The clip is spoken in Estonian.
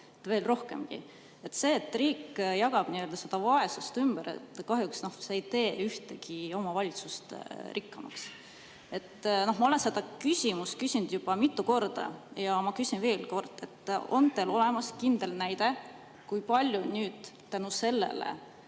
veel rohkemgi. See, et riik jagab vaesust ümber, kahjuks ei tee ühtegi omavalitsust rikkamaks. Ma olen seda küsimust küsinud juba mitu korda, aga ma küsin veel. On teil olemas kindel näide, kui palju nüüd tänu sellele